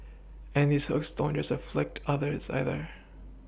and these hooks don't just afflict otters either